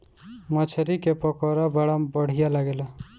मछरी के पकौड़ी बड़ा बढ़िया लागेला